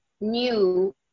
new